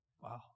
wow